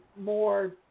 more